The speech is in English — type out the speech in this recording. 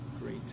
great